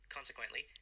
Consequently